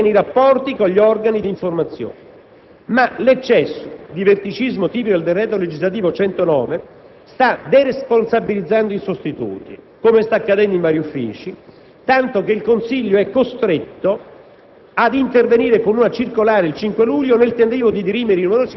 e la conferma di una sua ben precisa rappresentatività esterna anche nei rapporti con gli organi di informazione. Ma l'eccesso di verticismo tipico del decreto legislativo n. 109 del 2006 sta deresponsabilizzando i sostituti, come sta accadendo in vari uffici, tanto che il Consiglio è costretto